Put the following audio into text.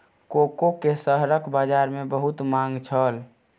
cocoa के शहरक बजार में बहुत मांग छल